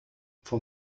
vom